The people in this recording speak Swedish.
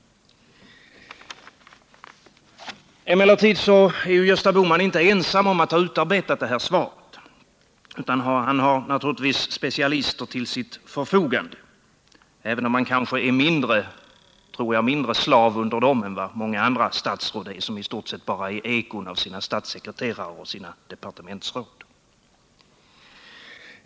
Emellertid är Gösta Bohman inte ensam om att ha utarbetat sitt svar, utan han har naturligtvis specialister till sitt förfogande — även om jag tror att han mindre är slav under sådana än andra statsråd, som i stort sett bara är ekon av sina statssekreterare och departementsråd.